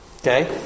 Okay